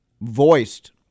voiced